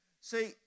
See